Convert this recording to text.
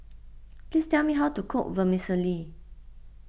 please tell me how to cook Vermicelli